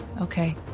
Okay